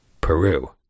Peru